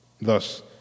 Thus